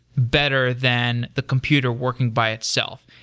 better than the computer working by itself.